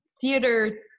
theater